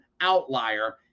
outlier